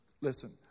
listen